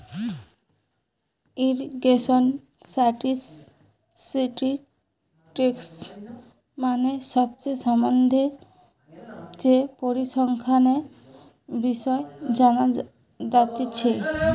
irrigation statistics মানে সেচের সম্বন্ধে যে পরিসংখ্যানের বিষয় জানা যাতিছে